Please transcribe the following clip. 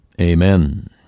Amen